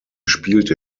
spielte